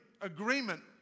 Agreement